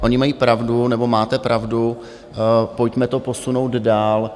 Oni mají pravdu, nebo máte pravdu, pojďme to posunout dál.